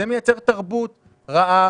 זה מייצר תרבות רעה,